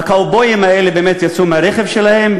ה"קאובויים" האלה באמת יצאו מהרכב שלהם,